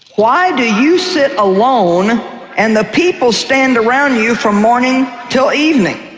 why do you sit alone and the people stand around you from morning till evening?